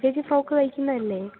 ചേച്ചി ഫ്രോക്ക് തയ്ക്കുന്നതല്ലേ